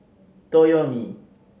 toyomi